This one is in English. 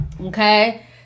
Okay